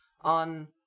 on